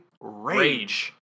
Rage